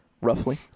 roughly